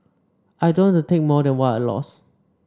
I don't to take more than what I lost